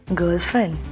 girlfriend